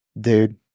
dude